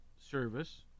Service